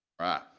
Right